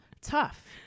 tough